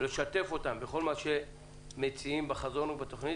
לשתף אותן בכל מה שמציעים בחזון ובתוכנית